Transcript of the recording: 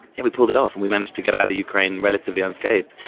and we pulled it off and we managed to get out of ukraine relatively unscathed,